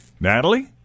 Natalie